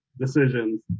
decisions